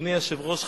אדוני היושב-ראש,